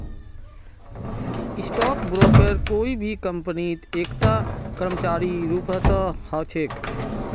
stock broker कोई भी कम्पनीत एकता कर्मचारीर रूपत ह छेक